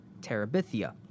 Terabithia